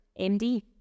MD